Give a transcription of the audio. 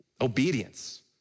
obedience